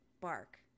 bark